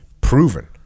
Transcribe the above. proven